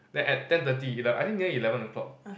then at ten thirty I think near eleven o'clock